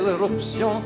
l'éruption